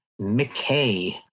McKay